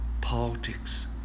politics